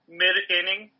mid-inning